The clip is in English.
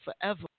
forever